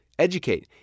Educate